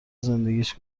زندگیش